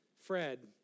Fred